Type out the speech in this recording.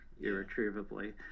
irretrievably